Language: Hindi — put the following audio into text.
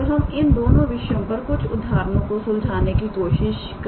तो हम इन दोनों विषयों पर कुछ उदाहरणनो को सुलझाने की कोशिश करेंगे